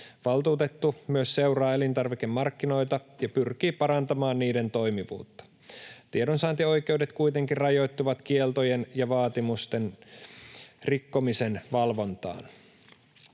Valtuutettu myös seuraa elintarvikemarkkinoita ja pyrkii parantamaan niiden toimivuutta. Tiedonsaantioikeudet kuitenkin rajoittuvat kieltojen ja vaatimusten rikkomisen valvontaan.